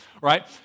Right